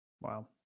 Wow